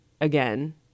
again